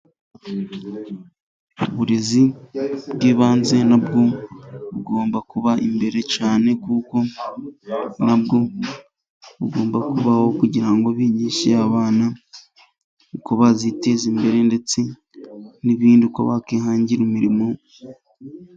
Uburezi bw'ibanze nabwo bugomba kuba imbere cyane kuko nabwo bugomba kubaho kugira ngo bigishe abana uko baziteza imbere ndetse n'ibindi, uko bakwihangira imirimo...